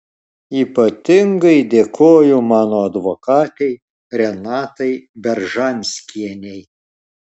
ypatingai dėkoju mano advokatei renatai beržanskienei